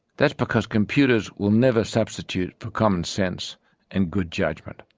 that's because computers will never substitute for common sense and good judgment.